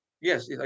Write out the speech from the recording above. Yes